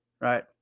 right